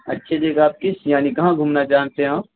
اچھی جگہ آپ کس یعنی کہاں گھومنا جانتے ہیں آپ